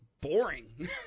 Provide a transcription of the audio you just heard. boring